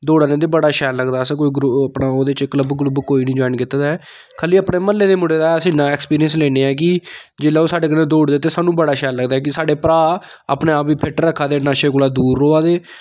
दौड़ा लांदे बड़ा शैल लगदा असें कोई ग्रुप अपना ओह्दे च क्लब क्लुब कोई निं जाइन कीते दा ऐ खाली अपने म्हल्ले दे मुड़े दा इन्ना ऐक्सपिरियंस लैन्ने कि जेल्लै ओह् साढ़े कन्नै दौड़दे ते सानूं बड़ा शैल लगदा कि साढ़े भ्राऽ अपने आप गी फिट रक्खा दे नशे कोला दूर रोआ दे